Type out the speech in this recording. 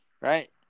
right